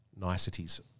niceties